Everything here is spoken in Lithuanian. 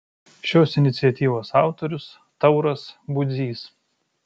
šios iniciatyvos autorius tauras budzys